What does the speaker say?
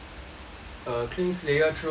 err king slayer trios ah is